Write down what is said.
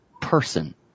person